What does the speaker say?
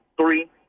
three